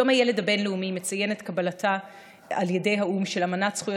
יום הילד הבין-לאומי מציין את קבלתה של אמנת זכויות